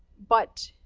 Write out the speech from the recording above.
but,